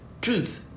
truth